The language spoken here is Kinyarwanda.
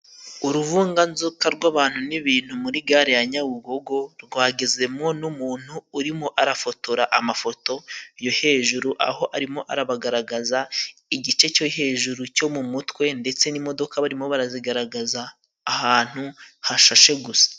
Uruvunganzoka rw'abantu n'ibintu muri gare ya nyabugogo, rwagezemo n'umuntu urimo arafotora amafoto yo hejuru aho arimo arabagaragaza igice cyo hejuru cyo mu mutwe ,ndetse n'imodoka barimo barazigaragaza ahantu hashashe gusa.